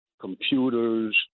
computers